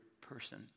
person